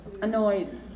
Annoyed